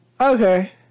okay